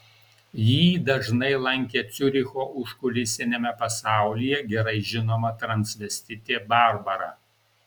jį dažnai lankė ciuricho užkulisiniame pasaulyje gerai žinoma transvestitė barbara